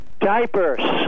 diapers